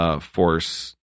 force